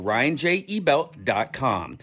RyanJEbelt.com